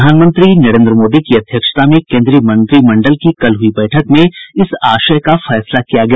प्रधानमंत्री नरेन्द्र मोदी की अध्यक्षता में केंद्रीय मंत्रिमंडल की कल हुई बैठक में इस आशय का फैसला किया गया